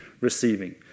receiving